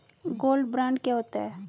Gold bond क्या होता है?